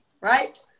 right